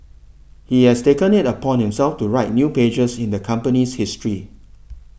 he has taken it upon himself to write new pages in the company's history